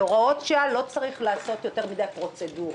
בהוראות שעה לא צריך לעשות יום מדי פרוצדורה.